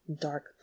dark